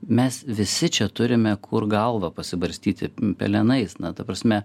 mes visi čia turime kur galvą pasibarstyti pelenais na ta prasme